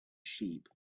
sheep